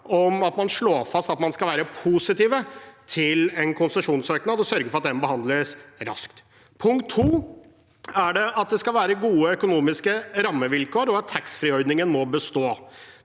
om å slå fast at man skal være positiv til en konsesjonssøknad, og at man vil sørge for at den behandles raskt. Punkt to er at det skal være gode økonomiske rammevilkår, og at taxfree-ordningen må bestå.